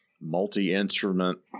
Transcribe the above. multi-instrument